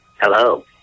Hello